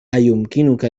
أيمكنك